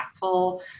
impactful